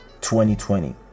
2020